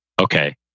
Okay